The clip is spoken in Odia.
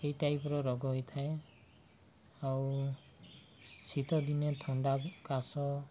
ଏଇ ଟାଇପ୍ର ରୋଗ ହେଥାଏ ଆଉ ଶୀତଦିନେ ଥଣ୍ଡା କାଶ